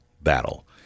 battle